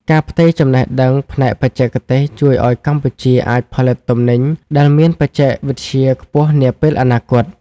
ការផ្ទេរចំណេះដឹងផ្នែកបច្ចេកទេសជួយឱ្យកម្ពុជាអាចផលិតទំនិញដែលមានបច្ចេកវិទ្យាខ្ពស់នាពេលអនាគត។